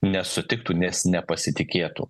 nesutiktų nes nepasitikėtų